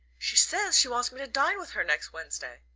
she says she wants me to dine with her next wednesday.